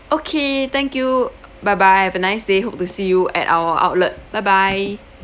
okay thank you bye bye have a nice day hope to see you at our outlet bye bye